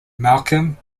malcolm